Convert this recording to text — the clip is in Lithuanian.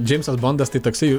džeimsas bondas tai toksai